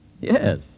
Yes